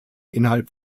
innerhalb